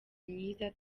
myiza